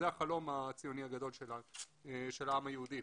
זה החלום הציוני הגדול של העם היהודי.